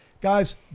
guys